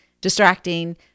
distracting